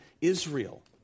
Israel